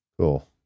cool